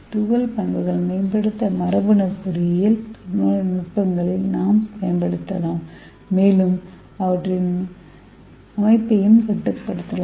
துகள் பண்புகளை மேம்படுத்த மரபணு பொறியியல் நுட்பங்களையும் நாம் பயன்படுத்தலாம் மேலும் அவற்றின் அமைப்பையும் கட்டுப்படுத்தலாம்